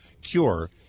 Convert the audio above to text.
cure